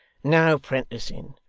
no prenticing.